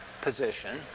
position